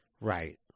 Right